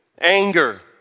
anger